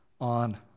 on